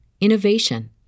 innovation